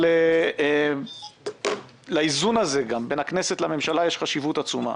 אבל לאיזון הזה בין הכנסת לממשלה יש חשיבות עצומה.